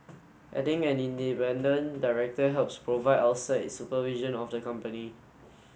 adding an independent director helps provide outside supervision of the company